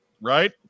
Right